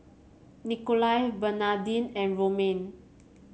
Nikolai Bernadine and Romaine